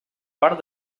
part